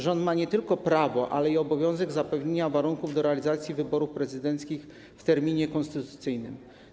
Rząd ma nie tylko prawo, ale i obowiązek zapewnienia warunków do realizacji wyborów prezydenckich w terminie konstytucyjnym.